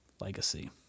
legacy